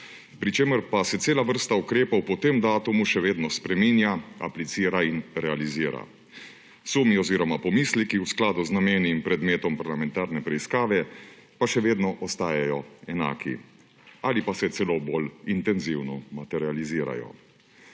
pri čemer pa se cela vrsta ukrepov po tem datumu še vedno spreminja, aplicira in realizira. Sumi oziroma pomisleki v skladu z nameni in predmetom parlamentarne preiskave pa še vedno ostajajo enaki ali pa se celo bolj intenzivno materializirajo.